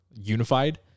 unified